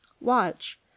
Watch